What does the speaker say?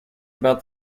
about